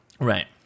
Right